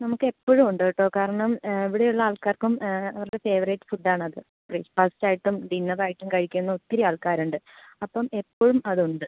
നമുക്കൊപ്പോഴുമുണ്ട് കേട്ടോ കാരണം ഇവിടെയുള്ള ആൾക്കാർക്കും അവരുടെ ഫേവറൈറ്റ് ഫുഡാണത് ബ്രേക്ഫാസ്റ്റായിട്ടും ഡിന്നറായിട്ടും കഴിക്കുന്ന ഒത്തിരി ആൾക്കാരുണ്ട് അപ്പം എപ്പോഴും അതുണ്ട്